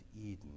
Eden